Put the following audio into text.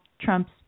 Trump's